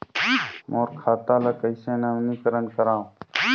मोर खाता ल कइसे नवीनीकरण कराओ?